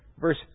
Verse